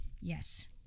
yes